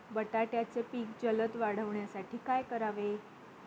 बटाट्याचे पीक जलद वाढवण्यासाठी काय करावे?